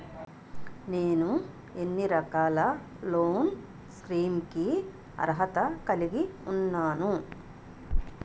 నేను ఎన్ని రకాల లోన్ స్కీమ్స్ కి అర్హత కలిగి ఉన్నాను?